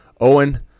owen